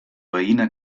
veïna